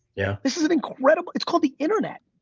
yeah. this is an incredible. it's called the internet.